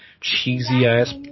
cheesy-ass